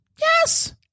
yes